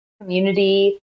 community